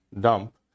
dump